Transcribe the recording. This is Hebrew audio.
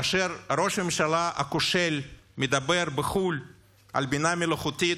כאשר ראש הממשלה הכושל מדבר בחו"ל על בינה מלאכותית,